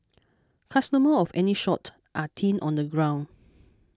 customers of any sort are thin on the ground